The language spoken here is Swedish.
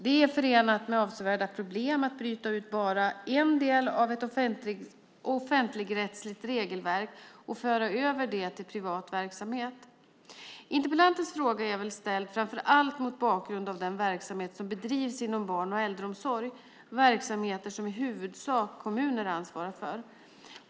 Det är förenat med avsevärda problem att bryta ut bara en del av ett offentligrättsligt regelverk och föra över det till privat verksamhet. Interpellantens fråga är ställd framför allt mot bakgrund av den verksamhet som bedrivs inom barn och äldreomsorg. Det är verksamheter som i huvudsak kommuner ansvarar för.